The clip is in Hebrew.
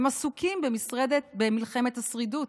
הם עסוקים במלחמת השרידות